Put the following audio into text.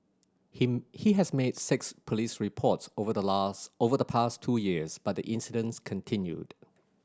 him he has made six police reports over the last over the past two years but the incidents continued